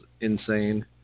insane